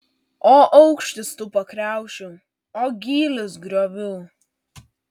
o aukštis tų pakriaušių o gylis griovų